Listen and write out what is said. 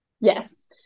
Yes